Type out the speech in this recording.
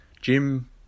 Jim